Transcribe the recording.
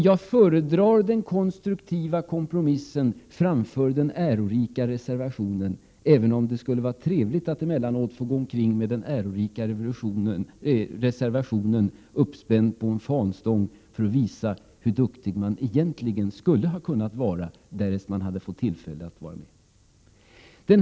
Jag föredrar den konstruktiva kompromissen framför den ärorika reservationen, även om det skulle vara trevligt att emellanåt gå omkring med den ärorika reservationen uppspänd på en fanstång, för att visa hur duktig man egentligen skulle ha kunnat vara, därest man fått tillfälle att vara med.